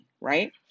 Right